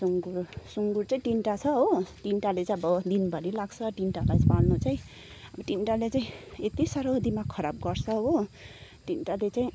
सुँगुर सुँगुर चाहिँ तिनवटा छ हो तिनवटाले चाहिँ अब दिनभरि लाग्छ तिनवटालाई पाल्नु चाहिँ अब तिनवटाले चाहिँ यति साह्रो दिमाग खराब गर्छ हो तिनवटाले चाहिँ